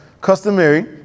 Customary